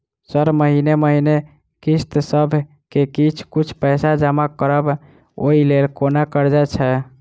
Sir महीने महीने किस्तसभ मे किछ कुछ पैसा जमा करब ओई लेल कोनो कर्जा छैय?